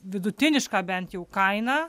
vidutinišką bent jau kainą